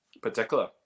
particular